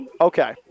Okay